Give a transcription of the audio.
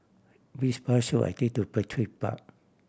which bus should I take to Petir Park